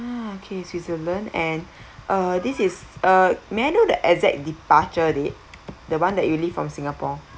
ah okay switzerland and uh this is uh may I know the exact departure date the one that you leave from singapore